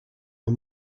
are